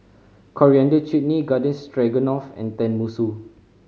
Coriander Chutney Gardens Stroganoff and Tenmusu